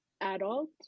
adult